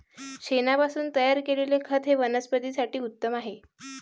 शेणापासून तयार केलेले खत हे वनस्पतीं साठी उत्तम आहे